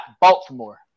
Baltimore